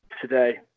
today